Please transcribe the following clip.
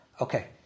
Okay